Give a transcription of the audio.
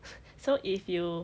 so if you